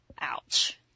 ouch